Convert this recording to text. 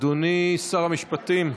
אדוני שר המשפטים.